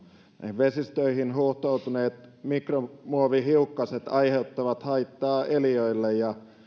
näihin vesistöihin huuhtoutuneet mikromuovihiukkaset aiheuttavat haittaa eliöille ja